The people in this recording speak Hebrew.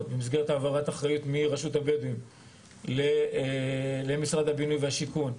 בממסגרת העברת אחריות מרשות הבדואים למשרד הבינוי והשיכון,